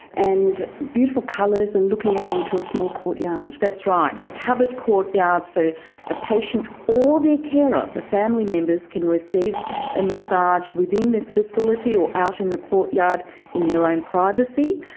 and beautiful colours and looking out onto a small courtyard. that's right, a covered courtyard, so a patient or their carer, the family members can receive a massage within this facility or out in the courtyard in their own privacy.